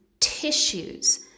Tissues